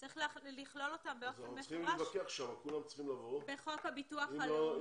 לכן צריך לכלול אותם באופן מפורש בחוק הביטוח הלאומי.